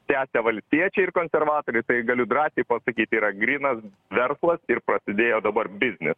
tęsia valstiečiai ir konservatoriai tai galiu drąsiai pasakyt yra grynas verslas ir padidėjo dabar biznis